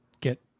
get